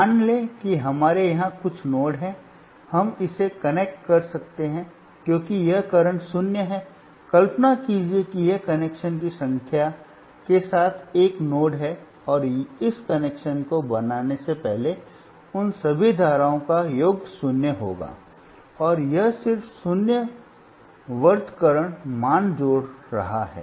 मान लें कि हमारे यहां कुछ नोड है हम इसे कनेक्ट कर सकते हैं क्योंकि यह करंट 0 है कल्पना कीजिए कि यह कनेक्शन की संख्या के साथ एक नोड है और इस कनेक्शन को बनाने से पहले उन सभी धाराओं का योग शून्य होगा और यह सिर्फ शून्य वर्तकरंट मान जोड़ रहा है